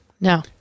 No